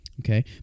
Okay